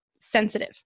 sensitive